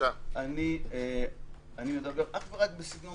אני מדבר אך ורק סגנון